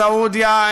מסעודיה,